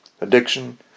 addiction